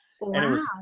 Wow